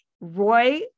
Roy